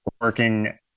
working